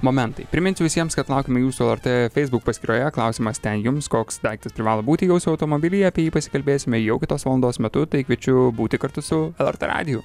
momentai priminsiu visiems kad laukiame jūsų lrt facebook paskyroje klausimas ten jums koks daiktas privalo būti jūsų automobilyje apie jį pasikalbėsime jau kitos valandos metu tai kviečiu būti kartu su lrt radiju